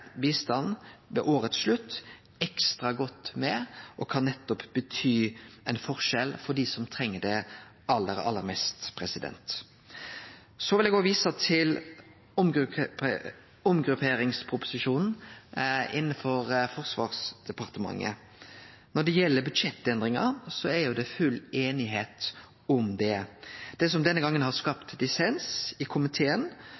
bistand ved årets slutt ekstra godt med og kan bety ein forskjell for dei som treng det aller mest. Eg vil òg vise til omgrupperingsproposisjonen innanfor Forsvarsdepartementet. Når det gjeld budsjettendringar, er det full einigheit om det. Det som denne gongen har